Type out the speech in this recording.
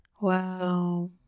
Wow